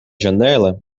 janela